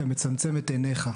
אתה מצמצם את עיניך.